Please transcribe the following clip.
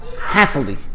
happily